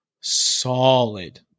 solid